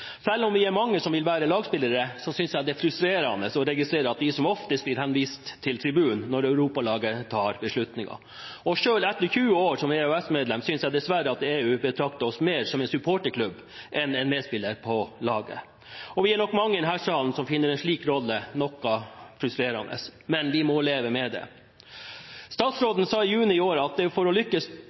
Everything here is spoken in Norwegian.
Selv om vi er mange som vil være lagspillere, synes jeg det er frustrerende å registrere at vi som oftest blir henvist til tribunen når «Europalaget» tar beslutninger. Selv etter 20 år som EØS-medlem, synes jeg dessverre at EU betrakter oss mer som en supporterklubb enn som en medspiller på laget. Vi er nok mange i denne salen som finner en slik rolle noe frustrerende, men vi må leve med det. Statsråden sa i juni i år at for å lykkes